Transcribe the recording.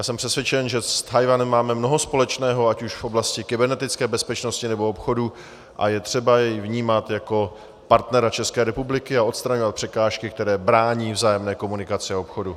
Já jsem přesvědčen, že s Tchajwanem máme mnoho společného ať už v oblasti kybernetické bezpečnosti, nebo obchodu a je třeba jej vnímat jako partnera České republiky a odstraňovat překážky, které brání vzájemné komunikaci a obchodu.